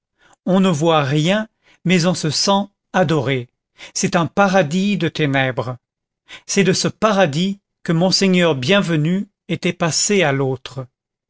on ne voit rien mais on se sent adoré c'est un paradis de ténèbres c'est de ce paradis que monseigneur bienvenu était passé à l'autre